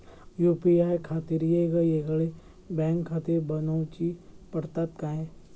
UPI खातीर येगयेगळे बँकखाते बनऊची पडतात काय?